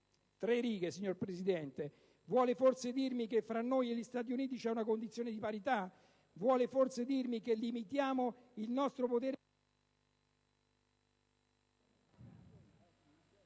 parole, signora Presidente. Vuole forse dirmi, signor Ministro, che tra noi e gli Stati Uniti c'è una condizione di parità? Vuole forse dirmi che limitiamo il nostro potere...